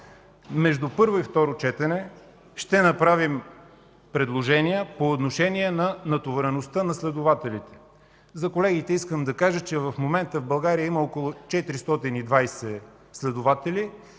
Между първо и второ четене ще направим предложение по отношение на натовареността на следователите. За колегите искам да кажа, че в момента в България има около 420 следователи.